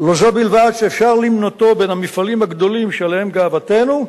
"לא זו בלבד שאפשר למנותו בין המפעלים הגדולים שעליהם גאוותנו,